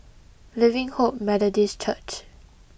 Living Hope Methodist Church